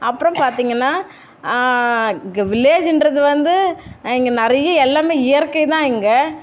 அப்புறம் பார்த்தீங்கன்னா இங்கே வில்லேஜுன்றது வந்து இங்கே நிறைய எல்லாமே இயற்கை தான் இங்கே